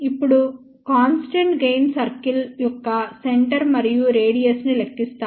ఇప్పుడు constant gain circle యొక్క centre మరియు రేడియస్ ని లెక్కిస్తాము